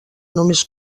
només